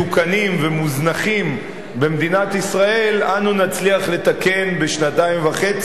ומוזנחים במדינת ישראל אנו נצליח לתקן בשנתיים וחצי,